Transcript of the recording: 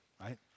right